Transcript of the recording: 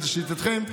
לשיטתכם,